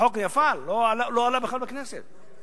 החוק נפל, לא עלה בכלל בכנסת.